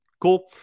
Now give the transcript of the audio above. Cool